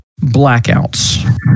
blackouts